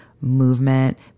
movement